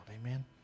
Amen